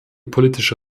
politische